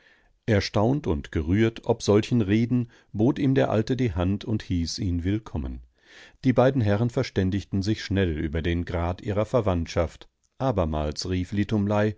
erstaunt und gerührt ob solchen reden bot ihm der alte die hand und hieß ihn willkommen die beiden herren verständigten sich schnell über den grad ihrer verwandtschaft abermals rief